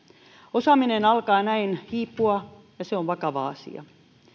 osaaminen alkaa näin hiipua ja se on vakava asia